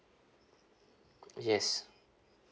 yes